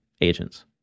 agents